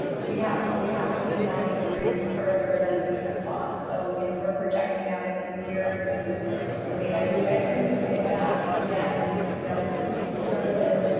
we have have seen that increase further than we had thought. so, you know, we're projecting out a few years and i mean, i do anticipate that again, you know, to be conservative,